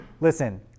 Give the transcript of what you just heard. Listen